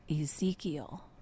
Ezekiel